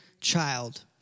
child